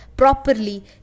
properly